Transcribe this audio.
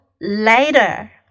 later